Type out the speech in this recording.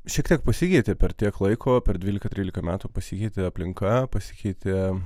šiek tiek pasikeitė per tiek laiko per dvylika trylika metų pasikeitė aplinka pasikeitė